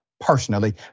personally